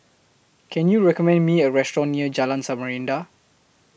Can YOU recommend Me A Restaurant near Jalan Samarinda